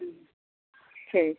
ठीक